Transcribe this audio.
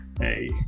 Hey